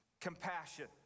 compassion